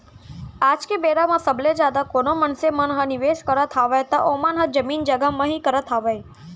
आज के बेरा म सबले जादा कोनो मनसे मन ह निवेस करत हावय त ओमन ह जमीन जघा म ही करत हावय